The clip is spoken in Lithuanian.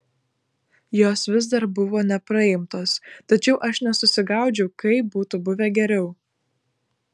jos vis dar buvo nepraimtos tačiau aš nesusigaudžiau kaip būtų buvę geriau